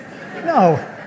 No